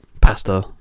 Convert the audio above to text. pasta